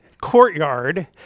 courtyard